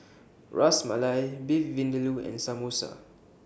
Ras Malai Beef Vindaloo and Samosa